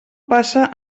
passa